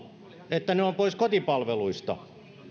että nämä hoitajat ovat pois kotipalveluista